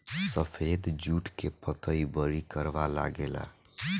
सफेद जुट के पतई बड़ी करवा लागेला